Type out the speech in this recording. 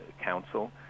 Council